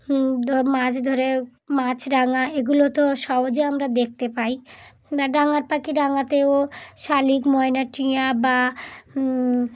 মাছ ধরে মাছরাঙা এগুলো তো সহজে আমরা দেখতে পাই বা ডাঙার পাখি ডাঙাতেও শালিখ ময়না টিয়া বা